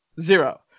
zero